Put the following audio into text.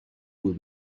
will